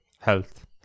health